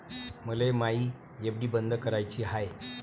मले मायी एफ.डी बंद कराची हाय